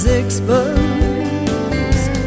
exposed